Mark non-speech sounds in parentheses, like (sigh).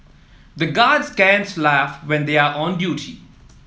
the guards can (unintelligible) laugh when they are on duty